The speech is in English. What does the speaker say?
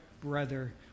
brother